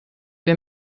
wir